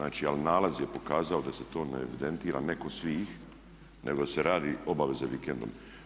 Ali nalaz je pokazao da se to ne evidentira, ne kod svih, nego da se radi obaveze vikendom.